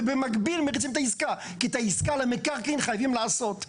ובמקביל מריצים את העסקה כי את העסקה למקרקעין חייבים לעשות,